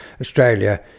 Australia